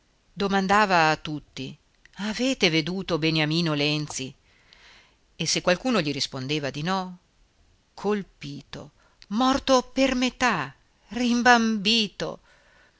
a tutti avete veduto beniamino lenzi e se qualcuno gli rispondeva di no colpito morto per metà rimbambito